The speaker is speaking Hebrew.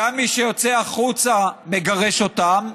גם מי שיוצא החוצה מגרש אותם,